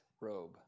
robe